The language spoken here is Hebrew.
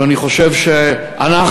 אבל אני חושב שאנחנו,